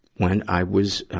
when i was, ah,